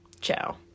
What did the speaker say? Ciao